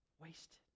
Wasted